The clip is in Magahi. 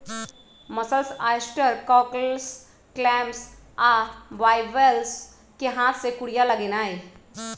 मसल्स, ऑयस्टर, कॉकल्स, क्लैम्स आ बाइवलेव्स कें हाथ से कूरिया लगेनाइ